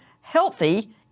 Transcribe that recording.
healthy